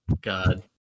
God